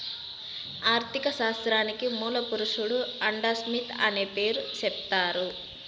ఆర్ధిక శాస్త్రానికి మూల పురుషుడు ఆడంస్మిత్ అనే పేరు సెప్తారు